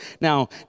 Now